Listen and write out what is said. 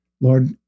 Lord